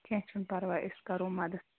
کیٚنہہ چھُنہٕ پَرواے أسۍ کرو مدت